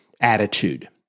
attitude